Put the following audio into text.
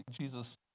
Jesus